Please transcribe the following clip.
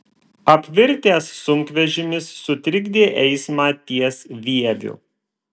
apvirtęs sunkvežimis sutrikdė eismą ties vieviu